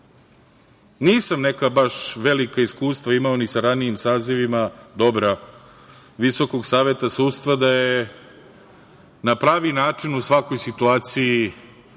Nisam neka baš velika i dobra iskustva imao ni sa ranijim sazivima Visokog saveta sudstva, da je na pravi način u svakoj situaciji